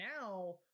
now